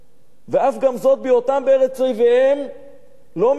"ואף גם זאת בהיותם בארץ אֹיביהם לא מאסתִים